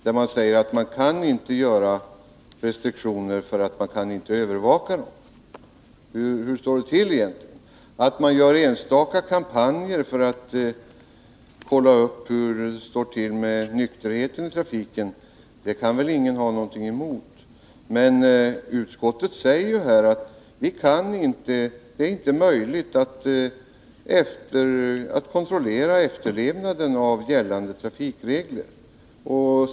Utskottet säger ju att det inte är någon mening med restriktioner, eftersom man inte kan övervaka dem. Hur står det till egentligen? Att man gör enstaka kampanjer för att kontrollera nykterheten i trafiken kan väl ingen ha någonting emot, men utskottet säger att det inte är möjligt att kontrollera efterlevnaden av gällande trafikregler.